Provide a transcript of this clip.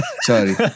Sorry